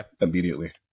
immediately